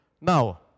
Now